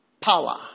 power